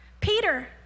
Peter